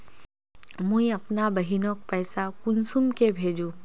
मुई अपना बहिनोक पैसा कुंसम के भेजुम?